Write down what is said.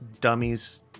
dummies